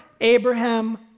Abraham